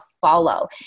follow